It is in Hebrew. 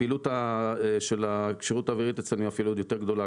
הפעילות של הכשירות האווירית אצלנו היא אפילו עוד יותר גדולה,